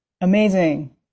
amazing